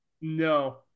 No